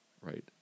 right